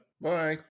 Bye